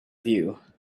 view